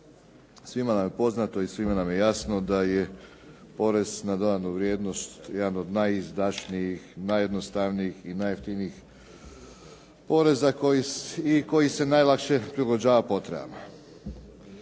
Svima nam je poznato i svima nam je jasno da je porez na dodanu vrijednost jedan od najizdašnijih, najjednostavnijih i najjeftinijih poreza i koji se najlakše prilagođava potrebama.